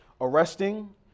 arresting